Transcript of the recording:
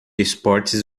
esportes